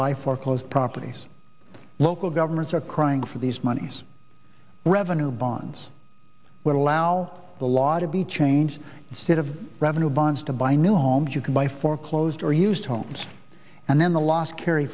buy foreclosed properties local governments are crying for these monies revenue bonds would allow the law to be changed state of revenue bonds to buy new homes you can buy foreclosed or used homes and then the loss carry